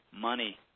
money